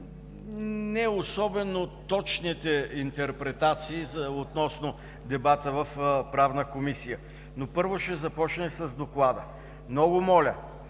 неособено точните интерпретации относно дебата в Правна комисия. Но, първо, ще започна с доклада. Много моля,